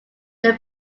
they